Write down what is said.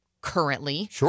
currently